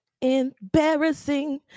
embarrassing